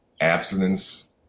abstinence